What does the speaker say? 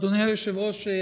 אדוני היושב-ראש,